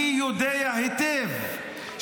אני יודע היטב -- תודה רבה.